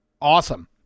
Awesome